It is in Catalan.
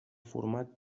format